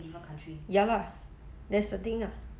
ya lah that's the thing ah